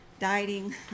dieting